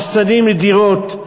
מחסנים לדירות.